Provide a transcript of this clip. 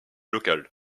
locales